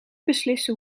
beslissen